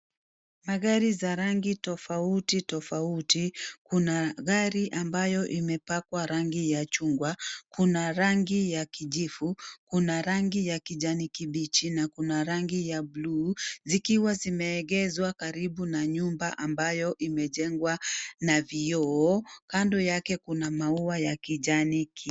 Magari za rangi tofautitofauti kuna gari ambayo imepakwa rangi ya chungwa, kuna rangi ya kijivu, kuna rangi ya kijanikibichi na kuna rangi ya bluu zikiwa zimeegezwa karibu na nyumba ambayo imejengwa na vioo, kando yake kuna maua ya kijanikibichi.